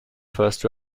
first